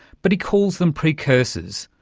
but he calls them precursors,